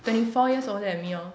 twenty four years older than me lor